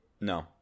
no